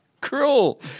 cruel